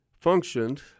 functioned